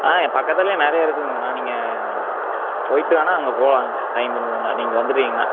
ஆ பக்கத்திலையும் நிறைய இருக்குதுங்கண்ணா நீங்கள் போயிட்டு வேணால் அங்கே போகலாங்க டைம் இருந்ததுனால் நீங்கள் வந்துவிட்டீங்கன்னா